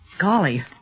Golly